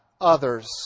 others